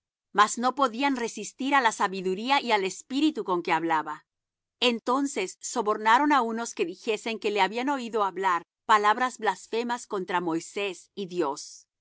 mas no podían resistir á la sabiduría y al espíritu con que hablaba entonces sobornaron á unos que dijesen que le habían oído hablar palabras blasfemas contra moisés y dios